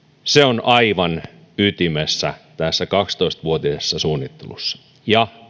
ovat aivan ytimessä tässä kaksitoista vuotisessa suunnittelussa ja